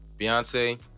Beyonce